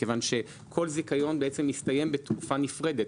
מכיוון שכל זיכיון בעצם מסתיים בתקופה נפרדת.